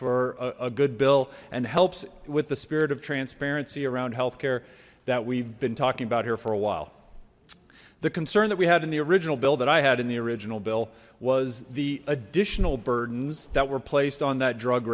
for a good bill and helps with the spirit of transparency around health care that we've been talking about here for a while the concern that we had in the original bill that i had in the original bill was the additional burdens that were placed on that drug